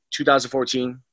2014